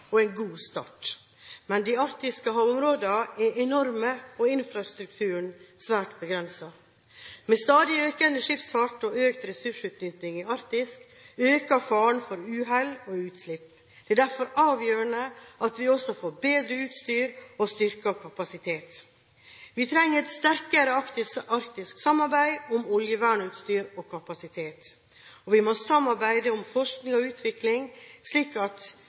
og en god start. Men de arktiske havområdene er enorme og infrastrukturen svært begrenset. Med stadig økende skipsfart og økt ressursnytting i Arktis øker faren for uhell og utslipp. Det er derfor avgjørende at vi også får bedre utstyr og styrket kapasitet. Vi trenger et sterkere arktisk samarbeid om oljevernutstyr og kapasitet. Vi må samarbeide om forskning og utvikling, slik at